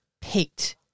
picked